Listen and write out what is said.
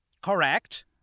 Correct